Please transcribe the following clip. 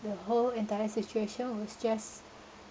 the whole entire situation was just